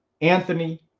Anthony